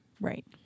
Right